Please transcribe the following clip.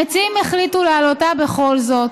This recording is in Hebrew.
המציעים החליטו להעלותה בכל זאת,